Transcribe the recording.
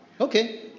Okay